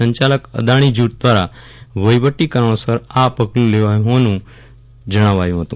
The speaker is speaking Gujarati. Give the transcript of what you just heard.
સંચાલક અદાણી જૂથ દ્વારા વહીવટી કારણોસર આ પગલું લેવાયું હોવાનું જણાવાયું હતું